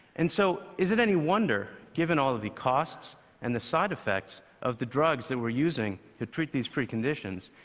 and so is it any wonder, given all of the costs and the side effects of the drugs that we're using to treat these preconditions,